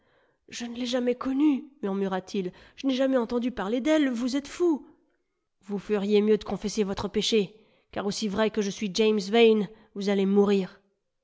je ne l'ai jamais connue murmura-t-il je n'ai jamais entendu parler d'elle vous êtes fou vous feriez mieux de confesser votre péché car aussi vrai que je suis james yane vous allez mourir